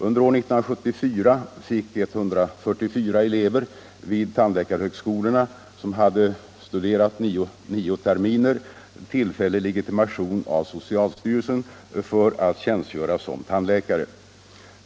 Under år 1974 fick 144 elever vid tandläkarhögskolorna som hade studerat nio terminer tillfällig legitimation av socialstyrelsen för att tjänstgöra som tandläkare.